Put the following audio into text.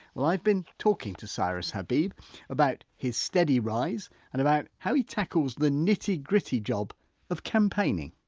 well i've been talking to cyrus habib about his steady rise and about how he tackles the nitty gritty job of campaigning.